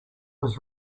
was